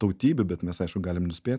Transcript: tautybių bet mes aišku galim nuspėt